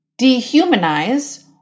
dehumanize